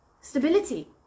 stability